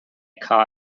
car